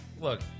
look